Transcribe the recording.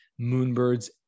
Moonbirds